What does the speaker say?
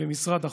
במשרד החוץ,